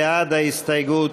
בעד ההסתייגות,